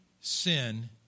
sin